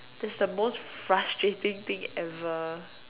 that's the most frustrating thing ever